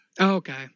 okay